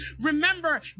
Remember